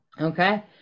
Okay